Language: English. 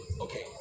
Okay